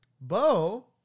Bo